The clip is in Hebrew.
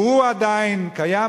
והוא עדיין קיים,